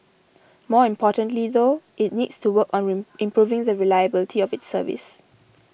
more importantly though it needs to work on rain improving the reliability of its service